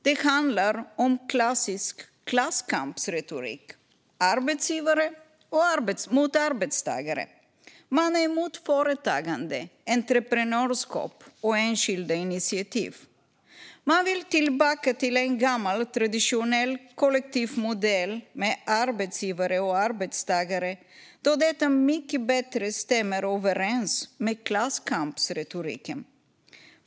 Det handlar om klassisk klasskampsretorik: Arbetstagare mot arbetsgivare. Man är emot företagande, entreprenörskap och enskilda initiativ. Man vill tillbaka till en gammal traditionell kollektiv modell med arbetsgivare och arbetstagare, då detta mycket bättre stämmer överens med klasskampsretoriken.